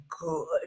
good